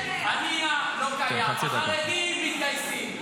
צעקו על החיילות, על הבנות שהתגייסו.